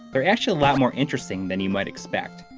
they're actually a lot more interesting than you might expect.